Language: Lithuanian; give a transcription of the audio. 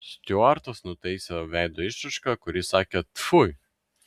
stiuartas nutaisė veido išraišką kuri sakė tfui